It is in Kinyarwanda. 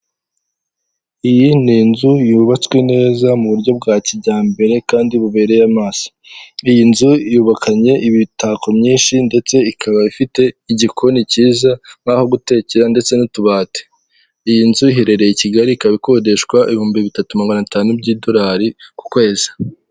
Iyi ni inzu yubatswe neza mu buryo bwa kijyambere kandi bubereye amaso. Iyi nzu yubakanye imitako myinshi ndetse ikaba ifite igikoni cyiza, nk'aho gutekera ndetse n'utubati. Iyi nzu iherereye Kigali ikaba ikodeshwa ibihumbi bitatu magana atanu by'idolari, ku kwezi.